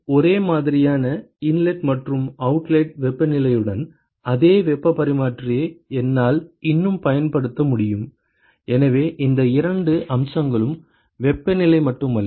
ஒரே மாதிரியான இன்லெட் மற்றும் அவுட்லெட் வெப்பநிலையுடன் அதே வெப்பப் பரிமாற்றியை என்னால் இன்னும் பயன்படுத்த முடியும் எனவே இந்த இரண்டு அம்சங்களும் வெப்பநிலை மட்டுமல்ல